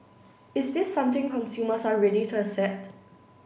is this something consumers are ready to accept